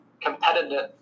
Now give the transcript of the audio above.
competitive